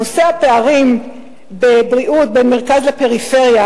נושא הפערים בבריאות בין מרכז לפריפריה